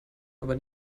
aber